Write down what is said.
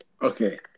Okay